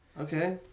Okay